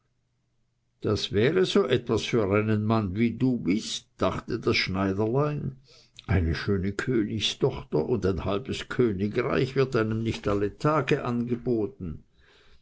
das wäre so etwas für einen mann wie du bist dachte das schneiderlein eine schöne königstochter und ein halbes königreich wird einem nicht alle tage angeboten